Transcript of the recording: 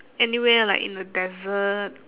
anywhere like in the desert